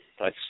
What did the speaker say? Nice